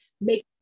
make